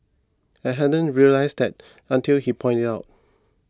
I hadn't realised that until he pointed it out